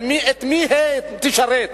את מי היא תשרת.